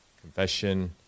confession